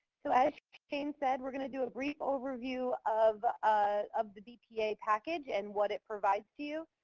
so as shane said, we're going to do a brief overview of ah of the bpa package and what it provides to you.